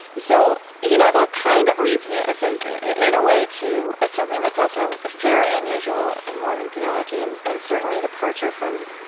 so, you know, that kind of leads me, i think, in a way to something that's also very unusual in mormon theology and and certainly a departure from